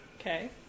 Okay